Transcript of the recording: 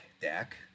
Dak